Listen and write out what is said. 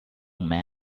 man